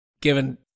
given